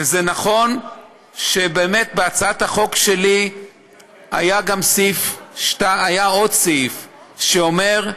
וזה נכון שבאמת בהצעת החוק שלי היה עוד סעיף שאומר,